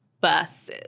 buses